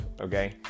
okay